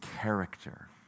character